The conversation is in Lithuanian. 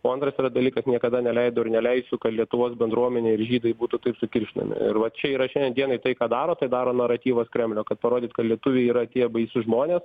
o antras yra dalykas niekada neleidau ir neleisiu kad lietuvos bendruomenė ir žydai būtų taip sukiršinami ir va čia yra šiandien dienai tai ką daro tai daro naratyvas kremlio kad parodyt kad lietuviai yra tie baisūs žmonės